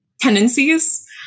tendencies